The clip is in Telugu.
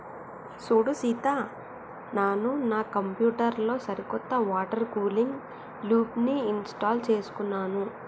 సూడు సీత నాను నా కంప్యూటర్ లో సరికొత్త వాటర్ కూలింగ్ లూప్ని ఇంస్టాల్ చేసుకున్నాను